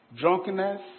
drunkenness